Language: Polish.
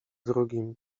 drugim